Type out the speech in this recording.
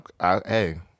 Hey